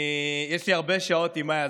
יש לי הרבה שעות עם מאי.